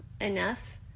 enough